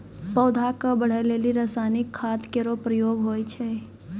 पौधा क बढ़ै लेलि रसायनिक खाद केरो प्रयोग होय छै